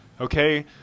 Okay